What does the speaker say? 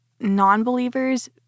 non-believers